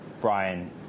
Brian